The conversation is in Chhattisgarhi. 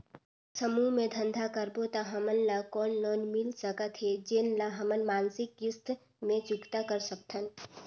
समूह मे धंधा करबो त हमन ल कौन लोन मिल सकत हे, जेन ल हमन मासिक किस्त मे चुकता कर सकथन?